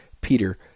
Peter